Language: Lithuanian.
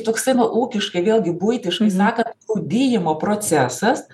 toksai nu ūkiškai vėlgi buitiškai sakant rūdijimo procesas